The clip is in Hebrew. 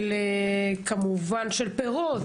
של פירות,